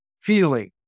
feeling